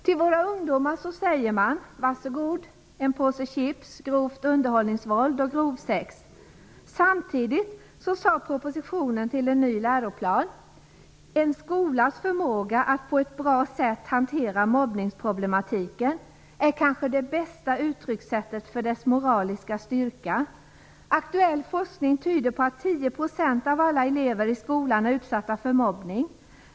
Till våra ungdomar säger man: Varsågod, en påse chips, grovt underhållningsvåld och grovsex. Samtidigt sade man i propositionen till en ny läroplan: "En skolas förmåga att på ett bra sätt hantera mobbningsproblematiken är kanske det bästa uttryckssättet för dess moraliska styrka. Aktuell forskning tyder på att tio procent av alla elever i skolan är utsatta för mobbning.